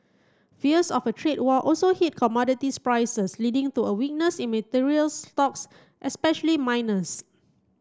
fears of a trade war also hit commodities prices leading to a weakness in materials stocks especially miners